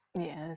Yes